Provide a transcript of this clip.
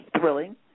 thrilling